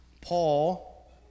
Paul